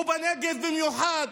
ובנגב במיוחד.